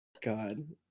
God